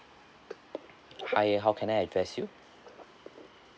hi how can I address you